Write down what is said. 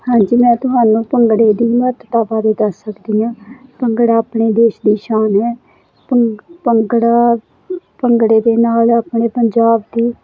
ਹਾਂਜੀ ਮੈਂ ਤੁਹਾਨੂੰ ਭੰਗੜੇ ਦੀ ਮਹੱਤਤਾ ਬਾਰੇ ਦੱਸ ਸਕਦੀ ਹਾਂ ਭੰਗੜਾ ਆਪਣੇ ਦੇਸ਼ ਦੀ ਸ਼ਾਨ ਹੈ ਭੰਗੜਾ ਭੰਗੜੇ ਦੇ ਨਾਲ ਆਪਣੇ ਪੰਜਾਬ ਦੀ